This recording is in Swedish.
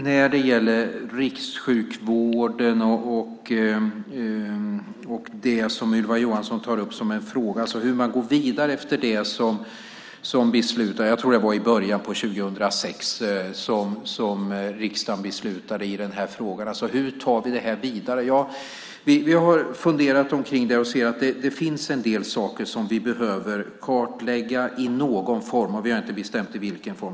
När det gäller rikssjukvården tar Ylva Johansson upp frågan hur man går vidare efter det som beslutades. Jag tror att det var i början av 2006 som riksdagen beslutade i den här frågan. Hur tar vi det här vidare? Vi har funderat över det och ser att det finns en del saker som vi behöver kartlägga i någon form. Vi har inte bestämt i vilken form.